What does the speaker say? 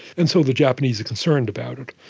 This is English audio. and so the japanese are concerned about it.